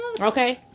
okay